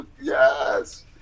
yes